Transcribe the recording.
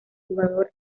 jugador